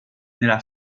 nella